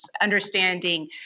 understanding